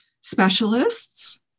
specialists